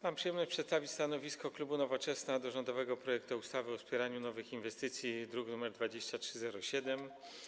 Mam przyjemność przedstawić stanowisko klubu Nowoczesna co do rządowego projektu ustawy o wspieraniu nowych inwestycji, druk nr 2307.